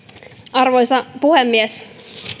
arvoisa puhemies